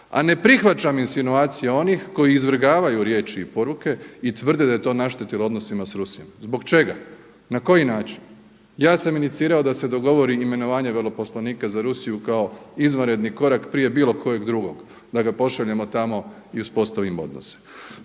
a ne prihvaćam insinuacije onih koji izvrgavaju riječi i poruke i tvrde da je to naštetilo odnosima sa Rusijom. Zbog čega? Na koji način? Ja sam inicirao da se dogovori imenovanje veleposlanika za Rusiju kao izvanredni korak prije bilo kojeg drugog da ga pošaljemo tamo i uspostavimo odnose.